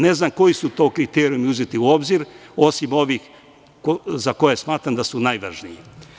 Ne znam koji su to kriterijumi uzeti u obzir, osim ovih za koje smatram da su najvažniji.